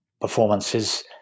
performances